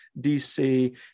DC